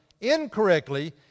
incorrectly